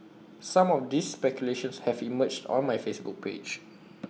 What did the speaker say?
some of these speculations have emerged on my Facebook page